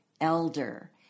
elder